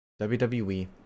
WWE